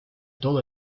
todo